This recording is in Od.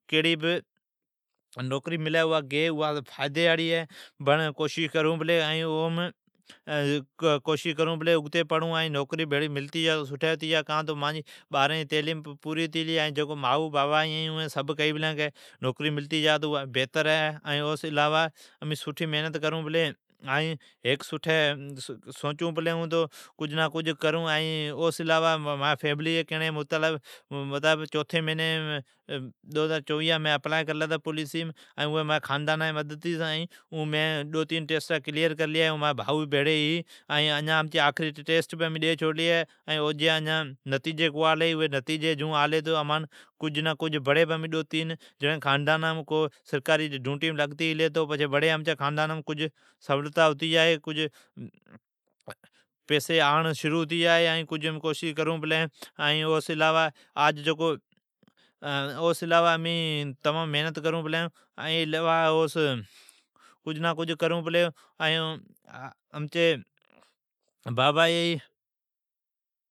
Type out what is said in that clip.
کیڑی بی نوکری گی اوا فائدی آڑی ہے۔ ائین کوشش کرون پلی اوم، کوشش کرون پلی اگتی پڑون ائین نوکری بھیڑی ملتی جا تو سٹھی بات ہے کان تو مانجی بارھن جی تعلیم پوری ھتی گلی ہے۔ ائین گھراڑین کیئی پلین تونوکری ملتی جا تو سٹھی بات ھتی جا۔ امین سٹھی کرون پلی ائین امین اگتی ودھون۔ مانجی فیملی جا کیڑین جا مقصد ھا ہے تو امین چوتھین مھینم ڈو ھزار چوویھام مین اپلئی کرلی ھتی۔ ائین مین مانجی بھاوی امین اپلیئی کرلی ھتی ائین آخری ٹیسٹ بھی ڈیلی ھتی ائین او جی نتیجی اجان کونی آلی ھی۔ جیون نتیجی آلی تو بڑی امچی خاندانام ڈو تین جیڑین سرکاری ڈوٹیم آتی جائی ائین کجھ پیسی گھرام آڑ شروع ھتی جئی۔ ائین او سوون علاوہ امین اگتی جاڑین جی کوشش کرون پلی ائین امچی بابا ائی ھی۔